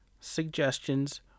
suggestions